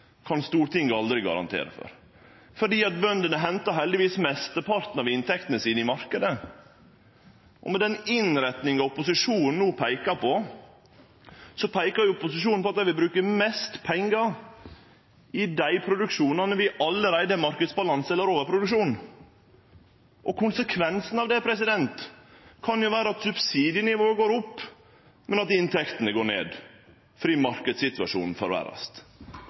kan Stortinget aldri garantere for, for bøndene hentar heldigvis mesteparten av inntekta si i marknaden. Den innretninga opposisjonen no peikar på, er at dei vil bruke mest pengar i dei produksjonane der vi allereie har marknadsbalanse eller overproduksjon. Konsekvensen av det kan vere at subsidienivået går opp, men at inntektene går ned fordi